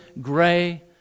gray